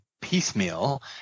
piecemeal